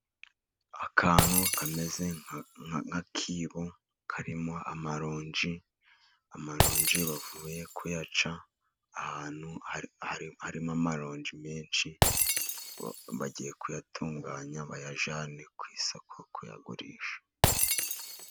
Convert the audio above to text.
Akantu kameze nk'akebo karimo amaronji, amaronji bavuye kuyaca ahantu harimo amaronji menshi, bagiye kuyatunganya bayajyane ku isoko kuyagurisha.